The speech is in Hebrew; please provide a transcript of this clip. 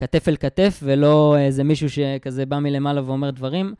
כתף אל כתף ולא איזה מישהו שכזה בא מלמעלה ואומר דברים.